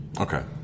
Okay